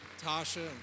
Tasha